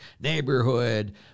neighborhood